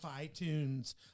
iTunes